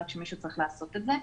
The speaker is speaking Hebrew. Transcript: רק שמישהו צריך לעשות את זה.